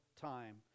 time